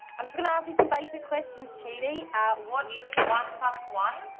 i'm just gonna ask you some basic questions, chidi. what is one plus one?